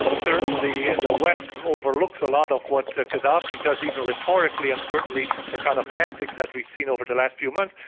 certainly the west overlooks a lot of what gaddafi does, even rhetorically and certainly the kind of antics that we've seen over the last few months,